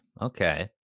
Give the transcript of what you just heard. okay